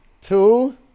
Two